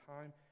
time